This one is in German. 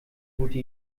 gute